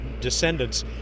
descendants